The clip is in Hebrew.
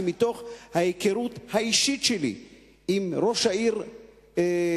כי מתוך ההיכרות האישית שלי עם ראש העיר ברקת,